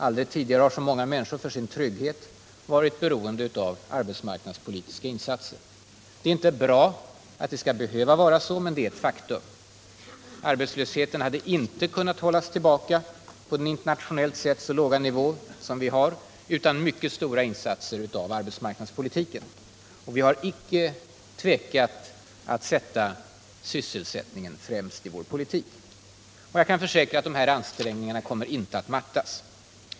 Aldrig tidigare har så många människor för sin trygghet varit beroende av arbetsmarknadspolitiska insatser. Det är inte bra att det skall behöva vara så, men det är ett faktum. Arbetslösheten hade inte kunnat hållas tillbaka på den internationellt sett så låga nivå som vi har utan mycket stora insatser för arbetsmarknadspolitiken. Vi har icke tvekat att sätta sysselsättningen främst i vår politik. Jag kan försäkra att dessa ansträngningar inte kommer att mattas.